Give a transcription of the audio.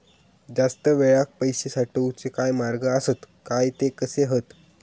जास्त वेळाक पैशे साठवूचे काय मार्ग आसत काय ते कसे हत?